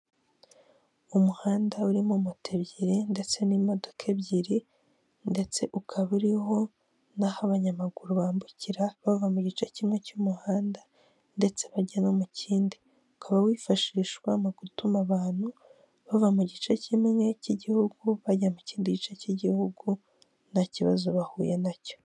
Ndabona umuhanda wa kaburimbo uyu muhanda urimo imodoka ipakiye imizigo ariko itari mu bwoko bwa rukururana, uyu muhanda ku mpande ebyiri zawo hari inzira yahariwe abanyamaguru ku ruhande rwo hepfo rw'uyu muhanda hari ibiti.